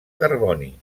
carboni